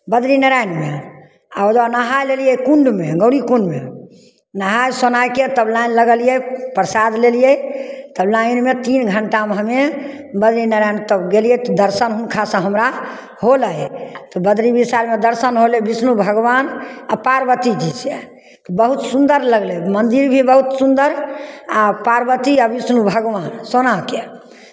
बद्री नारायणमे आ ओजऽ नहा लेलियै कुण्डमे गौरी कुण्डमे नहाय सुनाय कऽ तब लाइन लगलियै प्रसाद लेलियै तब लाइनमे तीन घण्टामे हमे बद्री नारायण तब गेलियै तऽ दर्शन हुनकासँ हमरा होलै बद्री विशालमे दर्शन होलै विष्णु भगवान आ पार्वतीजीसँ तऽ बहुत सुन्दर लगलै मन्दिर भी बहुत सुन्दर आ पार्वती आ विष्णु भगवान सोनाके